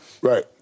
Right